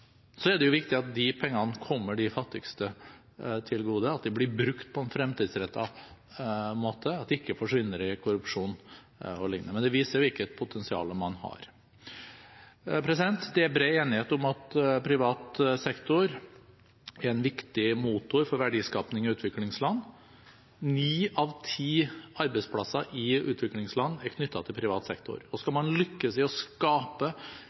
Så er det jo viktig at de pengene kommer de fattigste til gode, at de blir brukt på en fremtidsrettet måte, at de ikke forsvinner i korrupsjon o.l., men det viser hvilket potensial man har. Det er bred enighet om at privat sektor er en viktig motor for verdiskaping i utviklingsland. Ni av ti arbeidsplasser i utviklingsland er knyttet til privat sektor, og skal man lykkes i å skape